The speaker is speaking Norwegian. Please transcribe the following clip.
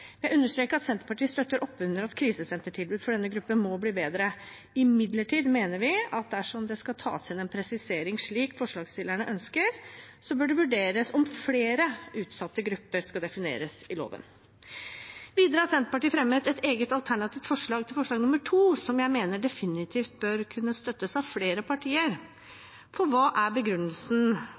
Jeg understreker at Senterpartiet støtter opp under at krisesentertilbudet til denne gruppen må bli bedre. Imidlertid mener vi at dersom det skal tas inn en presisering, slik forslagsstillerne ønsker, bør det vurderes om flere utsatte grupper skal defineres i loven. Videre har Senterpartiet fremmet et eget alternativt forslag til forslag nr. 2 som jeg mener definitivt bør kunne støttes av flere partier. Hva er begrunnelsen